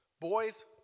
boys